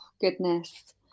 goodness